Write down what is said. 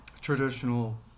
traditional